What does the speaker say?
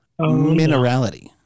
minerality